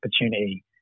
opportunity